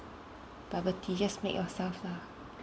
bubble tea just make yourself lah